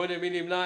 מי נמנע?